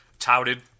touted